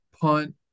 punt